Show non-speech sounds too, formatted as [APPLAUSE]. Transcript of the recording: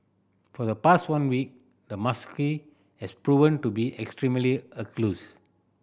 for the past one week the macaque has proven to be extremely [UNINTELLIGIBLE]